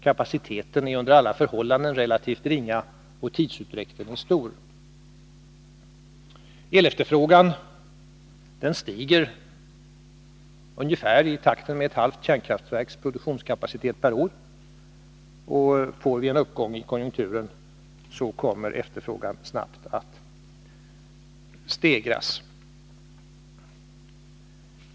Kapaciteten är under alla förhållanden relativt ringa, och tidsutdräkten är stor. Elefterfrågan stiger ungefär i takt med ett halvt kärnkraftverks produktionskapacitet per år, och om vi får en uppgång i konjunkturen, kommer efterfrågan snabbt att stiga ytterligare.